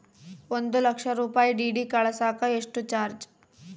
ಒಂದು ಲಕ್ಷ ರೂಪಾಯಿ ಡಿ.ಡಿ ಕಳಸಾಕ ಎಷ್ಟು ಚಾರ್ಜ್?